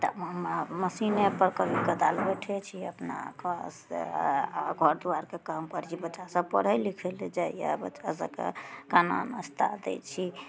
तऽ हमे मशीनेपर कभी कदाल बैठय छियै अपना घरसँ घर दुआरिके कामपर जे बच्चा सभ पढ़य लिखय लै जाइए बच्चा सभके खाना नाश्ता दै छी